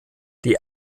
die